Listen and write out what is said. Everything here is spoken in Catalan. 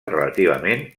relativament